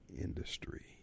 industry